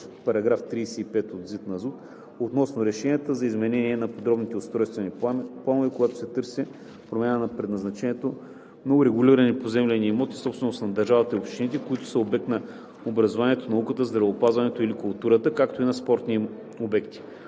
на територията относно разрешенията за изменение на подробните устройствени планове, когато се търси промяна на предназначението на урегулирани поземлени имоти – собственост на държавата и общините, които са обект на образованието, науката, здравеопазването или културата, както и на спортни обекти.